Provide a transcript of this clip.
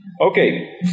Okay